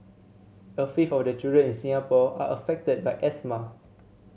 a fifth of the children in Singapore are affected by asthma